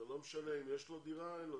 זה לא משנה אם יש לו דירה או לא.